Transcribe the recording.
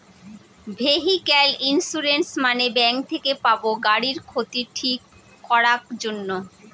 vehicle insurance মানে bank থেকে পাবো গাড়ির ক্ষতি ঠিক করাক জন্যে